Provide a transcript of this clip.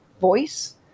voice